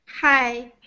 Hi